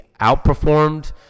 outperformed